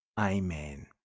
Amen